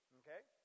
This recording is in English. okay